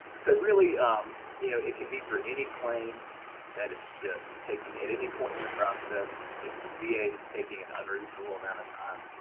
so really um you know it can be for any claim that is just taking, at any point in the process, if the va is taking an unreasonable amount of time,